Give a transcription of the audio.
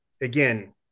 again